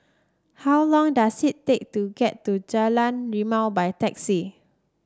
how long does it take to get to Jalan Rimau by taxi